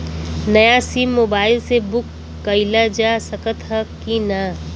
नया SIM mobile से book कइलजा सकत ह कि ना?